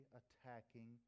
attacking